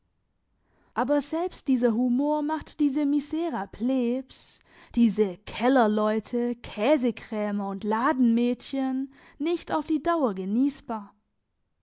aber selbst dieser humor macht diese misera plebs diese kellerleute käsekrämer und ladenmädchen nicht auf die dauer geniessbar